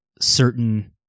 certain